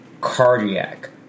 cardiac